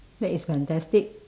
that is fantastic